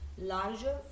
larger